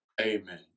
Amen